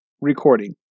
recording